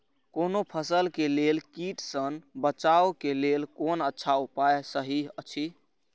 कोनो फसल के लेल कीट सँ बचाव के लेल कोन अच्छा उपाय सहि अछि?